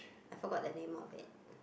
I forgot the name of it